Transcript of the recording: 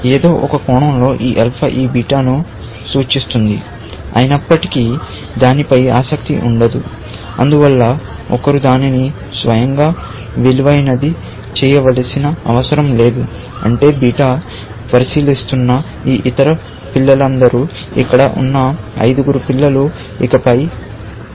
ఏదో ఒక కోణంలో ఈ ఆల్ఫా ఈ బీటాను సూచిస్తుంది అయినప్పటికీ దానిపై ఆసక్తి ఉండదు అందువల్ల ఒకరు దానిని స్వయంగా విలువైనది చేయవలసిన అవసరం లేదు అంటే బీటా పరిశీలిస్తున్న ఈ ఇతర పిల్లలందరూ ఇక్కడ ఉన్న ఐదుగురు చైల్డ్ నోడ్స్ఇకపై మదింపు చేయబడరు